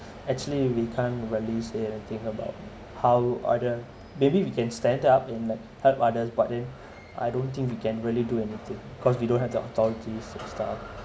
actually we can't really say anything about how other maybe we can stand up in like help others but then I don't think we can really do anything cause we don't have the authorities and stuff